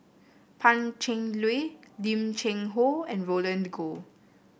Pan Cheng Lui Lim Cheng Hoe and Roland Goh